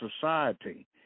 society